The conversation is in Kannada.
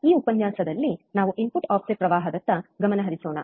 ಈ ಉಪನ್ಯಾಸದಲ್ಲಿ ನಾವು ಇನ್ಪುಟ್ ಆಫ್ಸೆಟ್ ಪ್ರವಾಹದತ್ತ ಗಮನ ಹರಿಸೋಣ